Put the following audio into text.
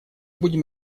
будем